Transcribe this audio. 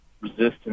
resistance